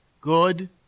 good